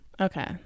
Okay